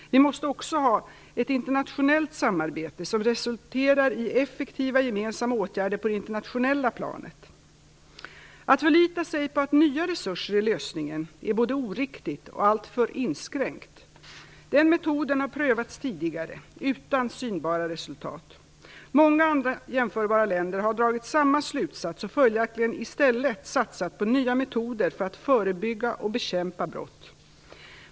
Vi måste också ha ett internationellt samarbete som resulterar i effektiva gemensamma åtgärder på det internationella planet. Att förlita sig på att nya resurser är lösningen är både oriktigt och alltför inskränkt. Den metoden har prövats tidigare, utan synbara resultat. Många andra jämförbara länder har dragit samma slutsats och följaktligen i stället satsat på ny metoder för att förebygga och bekämpa brott.